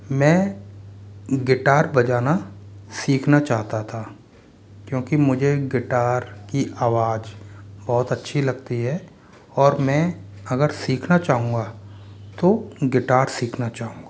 मैं गिटार बजाना सीखना चाहता था क्योंकि मुझे गिटार की आवाज बहुत अच्छी लगती है और मैं अगर सीखना चाहूँगा तो गिटार सीखना चाहूँगा